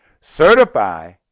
certify